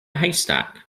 haystack